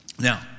Now